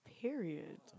Period